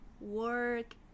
work